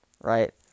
Right